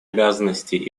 обязанности